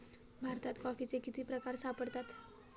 भारतात कॉफीचे किती प्रकार सापडतात?